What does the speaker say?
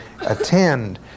attend